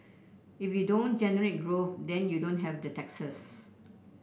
if you don't generate growth then you don't have the taxes